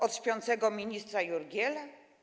Od śpiącego ministra Jurgiela?